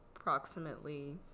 approximately